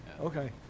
Okay